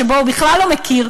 שבו הוא בכלל לא מכיר,